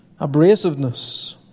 abrasiveness